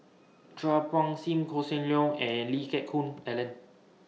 Chua Phung SIM Hossan Leong and Lee Geck Hoon Ellen